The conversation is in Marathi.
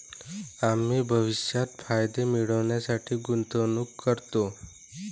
आम्ही भविष्यात फायदे मिळविण्यासाठी गुंतवणूक करतो